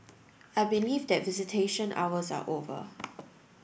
I believe that visitation hours are over